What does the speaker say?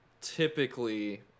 typically